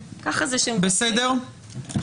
13:57.